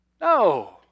No